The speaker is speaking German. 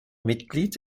mitglied